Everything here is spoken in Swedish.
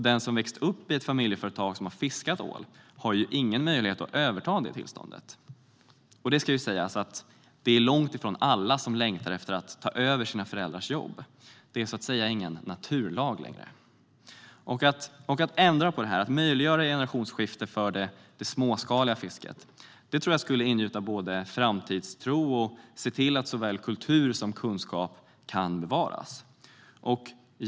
Den som växt upp i ett familjeföretag som har fiskat ål har ingen möjlighet att överta fisketillståndet. Det ska sägas att det är långt ifrån alla som längtar efter att ta över sina föräldrars jobb. Det är så att säga ingen naturlag. Att ändra på detta och möjliggöra generationsskifte för det småskaliga fisket skulle både ingjuta framtidstro och se till att såväl kultur som kunskap kan bevaras.